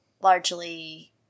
largely